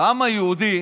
העם היהודי